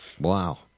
Wow